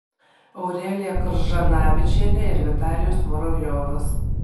aurelija kržanavičienė ir vitalijus muravjovas